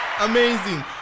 amazing